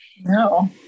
No